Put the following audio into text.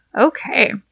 Okay